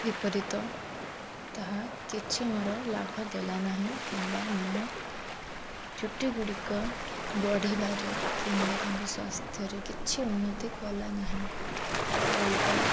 ବିପରୀତ ତାହା କିଛି ମୋର ଲାଭ ଦେଲାନାହିଁ କିମ୍ବା ମୋ ଚୁଟିଗୁଡ଼ିକ ବଢ଼ିବାରେ କିମ୍ବା ତାଙ୍କ ସ୍ୱାସ୍ଥ୍ୟରେ କିଛି ଉନ୍ନତି କଲାନାହିଁ ଓଲଟା